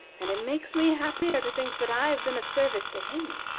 and it makes me happier to think that i have been of service to him.